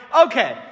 okay